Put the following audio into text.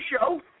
show